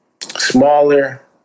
smaller